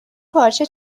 پارچه